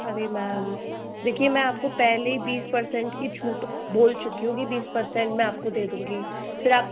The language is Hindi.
अरे मैम देखिए मैं आपको पहले ही बीस परसेंट की छूट बोल चुकी हूँ कि बीस परसेंट मैं आपको दे दूंगी फिर आप